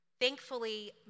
Thankfully